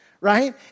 right